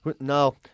no